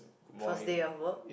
first day of work